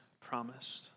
promised